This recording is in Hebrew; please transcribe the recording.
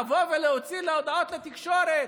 לבוא ולהוציא הודעות לתקשורת